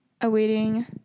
awaiting